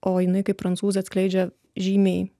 o jinai kaip prancūzė atskleidžia žymiai